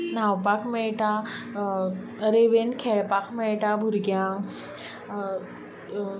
न्हांवपाक मेळटा रेंवेंत खेळपाक मेळटा भुरग्यांक